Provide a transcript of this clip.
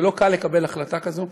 זה לא קל לקבל החלטה כזו,